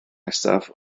nesaf